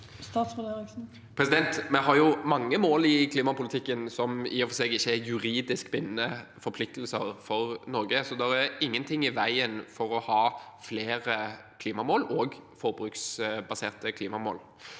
Bjelland Eriksen Vi har mange mål i klimapolitikken som i og for seg ikke er juridisk bindende forpliktelser for Norge, så det er ingenting i veien for å ha flere klimamål, også forbruksbaserte klimamål.